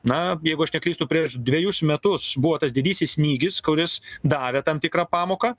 na jeigu aš neklystu prieš dvejus metus buvo tas didysis snygis kuris davė tam tikrą pamoką